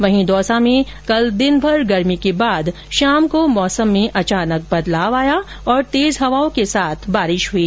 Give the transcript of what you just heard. वहीं दौसा में कल दिनभर गर्मी के बाद शाम को मौसम में अचानक बदलाव आया और तेज हवाओं के साथ बारिश हुई